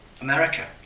America